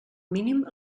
mínim